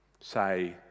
say